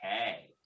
Okay